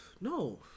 No